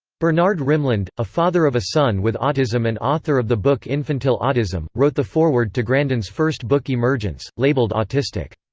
bernard rimland, a father of a son with autism and author of the book infantile autism, wrote the foreword to grandin's first book emergence labeled autistic.